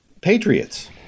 patriots